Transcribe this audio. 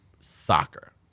soccer